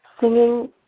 singing